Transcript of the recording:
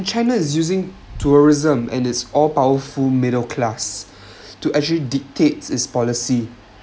china is using tourism and it's all powerful middle class to actually dictates it's policy